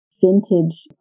vintage